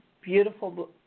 beautiful